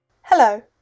Hello